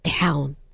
down